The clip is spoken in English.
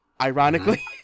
ironically